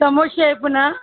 समोसे आहे पुन्हा